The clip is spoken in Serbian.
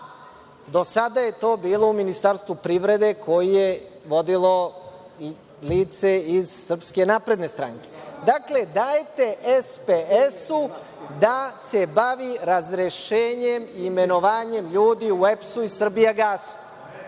do sada je to bilo u Ministarstvu privrede koje je vodilo lice iz SNS. Dakle, dajte SPS-u da se bavi razrešenjem i imenovanjem ljudi u EPS-u i „Srbijagasu“.